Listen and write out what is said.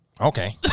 Okay